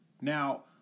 Now